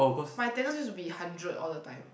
my attendance use to be hundred all the time